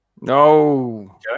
No